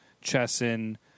Chesson